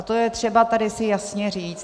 To je třeba tady si jasně říct.